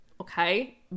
okay